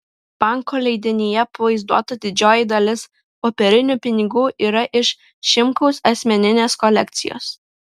banko leidinyje pavaizduota didžioji dalis popierinių pinigų yra iš šimkaus asmeninės kolekcijos